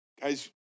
guys